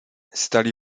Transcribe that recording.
stali